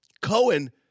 Cohen